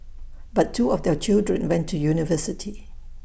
but two of their children went to university